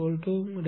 630